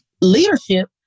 leadership